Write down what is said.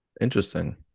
Interesting